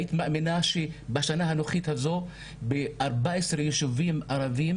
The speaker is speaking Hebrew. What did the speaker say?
היית מאמינה שבשנה הנוכחית הזאת ב-14 ישובים ערביים